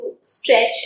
stretch